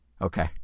Okay